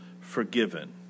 forgiven